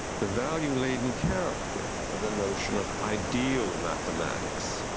the value laden character of the notion of ideal mathematics.